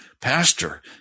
Pastor